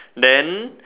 then